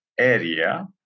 Area